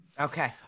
Okay